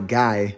guy